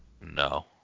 No